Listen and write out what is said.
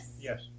Yes